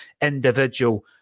individual